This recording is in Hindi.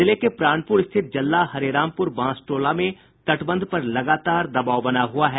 जिले के प्राणपुर स्थित जल्ला हरेरामपुर बांस टोला में तटबंध पर लगातार दबाव बना हुआ है